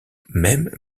mêmes